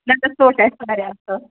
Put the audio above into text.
نَہ نَہ ژوٚٹ آسہِ واریاہ اَصٕل